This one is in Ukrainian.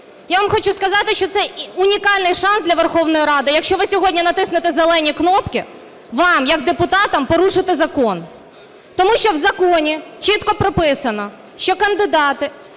Я вам хочу сказати, що це унікальний шанс для Верховної Ради, якщо ви сьогодні натиснете зелені кнопки, вам як депутатам порушити закон. Тому що в законі чітко прописано, що кандидати,